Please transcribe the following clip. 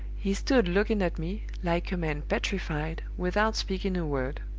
he stood looking at me, like a man petrified, without speaking a word.